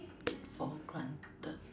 take for granted